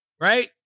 right